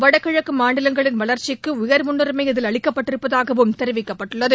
வடகிழக்கு மாநிலங்களின் வளா்ச்சிக்கு உயா் முன்னுரிமை இதில் அளிக்கப்பட்டிருப்பதாகவும் தெரிவிக்கப்பட்டுள்ளது